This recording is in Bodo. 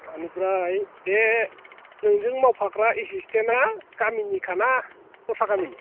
बेनिफ्राय बे नोंजों मावफाग्रा एसिस्टेन्ट आ गामिनिखा ना दस्रा गामिनि